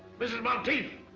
mrs. monteith?